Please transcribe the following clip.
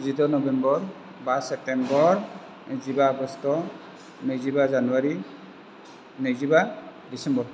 जिद' नभेम्बर बा सेप्तेम्बर जिबा आगष्ट' नैजिबा जानुवारि नैजिबा दिसेम्बर